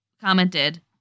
commented